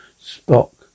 Spock